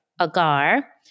agar